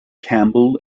campbell